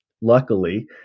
luckily